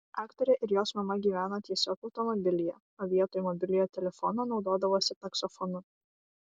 aktorė ir jos mama gyveno tiesiog automobilyje o vietoj mobiliojo telefono naudodavosi taksofonu